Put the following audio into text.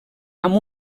amb